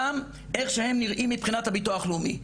גם איך שהם נראים מבחינת הביטוח הלאומי,